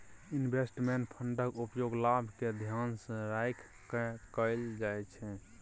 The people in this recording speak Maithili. इन्वेस्टमेंट फंडक उपयोग लाभ केँ धियान मे राइख कय कअल जाइ छै